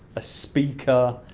a speaker,